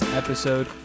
episode